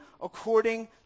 according